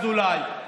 אזולאי,